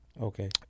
Okay